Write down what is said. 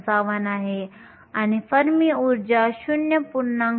55 आहे आणि फर्मी ऊर्जा 0